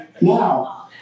Now